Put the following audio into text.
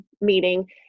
Meeting